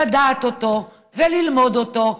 לדעת אותו וללמוד אותו,